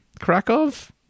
Krakow